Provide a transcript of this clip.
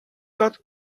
that